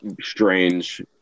strange